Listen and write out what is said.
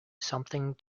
something